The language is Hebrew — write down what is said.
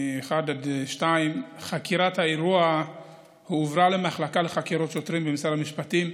1 2: חקירת האירוע הועברה למחלקה לחקירות שוטרים במשרד המשפטים,